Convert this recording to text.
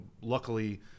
Luckily